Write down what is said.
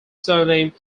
surname